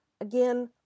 Again